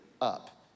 up